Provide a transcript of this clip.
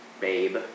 babe